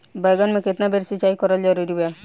बैगन में केतना बेर सिचाई करल जरूरी बा?